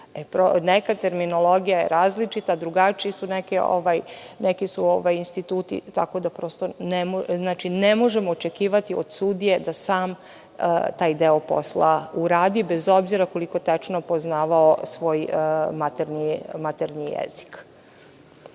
Neka terminologija je različita, drugačiji su neki instituti. Tako da ne možemo očekivati od sudije da sam taj deo posla uradi, bez obzira koliko tečno poznavao svoj maternji jezik.